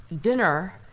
dinner